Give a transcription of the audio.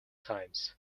times